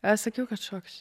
aš sakiau kad šoksiu